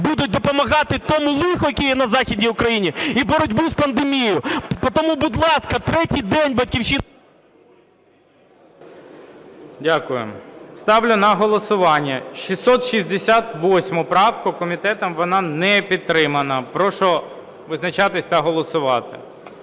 будуть допомагати тому лиху, яке є на Західній Україні і боротьбу з пандемією. Тому, будь ласка, третій день "Батьківщина"… ГОЛОВУЮЧИЙ. Дякую. Ставлю на голосування 668 правку, комітетом вона не підтримана. Прошу визначатися та голосувати.